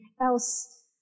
Else